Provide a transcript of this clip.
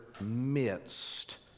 midst